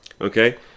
okay